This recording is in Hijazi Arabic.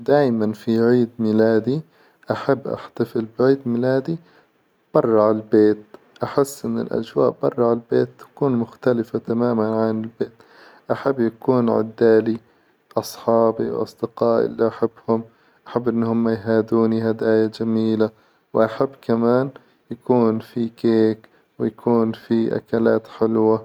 دايما في عيد ميلادي أحب احتفل بعيد ميلادي برة البيت، أحس إن الأجواء برة البيت تكون مختلفة تماما عن البيت أحب يكون عدالي أصحابي وأصدقائي إللي أحبهم أحب إنهم يهادوني هدايا جميلة، وأحب كمان يكون في كيك، ويكون في أكلات حلوة.